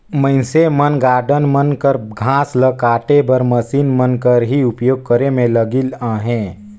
मइनसे मन गारडन मन कर घांस ल काटे बर मसीन मन कर ही उपियोग करे में लगिल अहें